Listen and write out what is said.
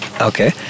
Okay